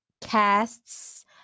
Casts